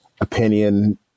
opinion